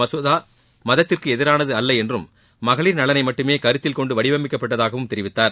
மசோதா மதத்திற்கு எதிரானது அல்ல என்றும் மகளிர் நலனை மட்டுமே கருத்தில்கொண்டு இந்த வடிவமைக்கப்பட்டதாகவும் தெரிவித்தார்